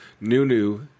new-new